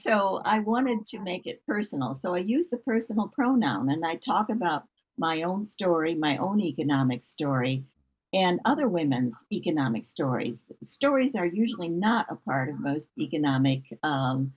so i wanted to make it personal so i use a personal pronoun and i talk about my own story my own economic story and other women's economic stories stories are usually not a part of economic